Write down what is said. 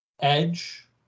Edge